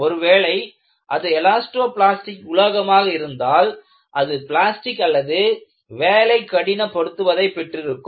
ஒருவேளை அது elasto plastic உலோகமாக இருந்தால் அது பிளாஸ்டிக் அல்லது வேலை கடின படுத்துவதை பெற்றிருக்கும்